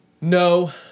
No